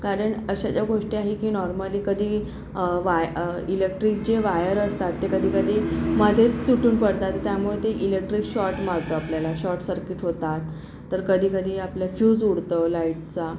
कारण अशा ज्या गोष्टी आहे की नॉर्मली कधी वाय इलेक्ट्रिकची वायर असतात ते कधीकधी मधेच तुटून पडतात त्यामुळे ते इलेक्ट्रिक शॉर्ट मारतं आपल्याला शॉर्ट सर्किट होतात तर कधी कधी आपलं फ्युज उडतं लाईटचा